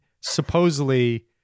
supposedly